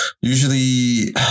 usually